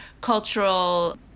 cultural